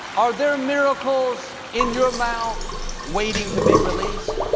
are there miracles in your mouth waiting to be released?